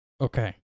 Okay